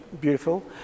beautiful